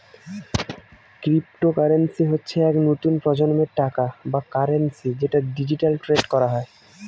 cryptocurrency হচ্ছে এক নতুন প্রজন্মের টাকা বা কারেন্সি যেটা ডিজিটালি ট্রেড করা হয়